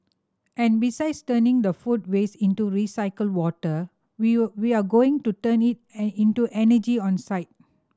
and besides turning the food waste into recycled water we'll we are going to turn it an into energy on site